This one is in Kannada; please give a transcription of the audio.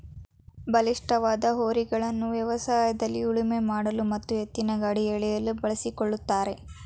ಬಲಿಷ್ಠವಾದ ಹೋರಿಗಳನ್ನು ವ್ಯವಸಾಯದಲ್ಲಿ ಉಳುಮೆ ಮಾಡಲು ಮತ್ತು ಎತ್ತಿನಗಾಡಿ ಎಳೆಯಲು ಬಳಸಿಕೊಳ್ಳುತ್ತಾರೆ